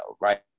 Right